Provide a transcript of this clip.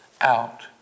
out